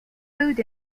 food